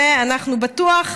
ואנחנו בטוח,